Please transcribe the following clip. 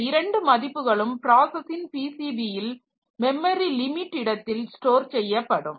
இந்த இரண்டு மதிப்புகளும் பிராசஸ்ஸின் PCB ல் மெமரி லிமிட் இடத்தில் ஸ்டோர் செய்யப்படும்